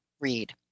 read